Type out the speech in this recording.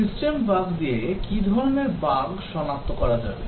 system bug দিয়ে কি ধরনের বাগ সনাক্ত করা যাবে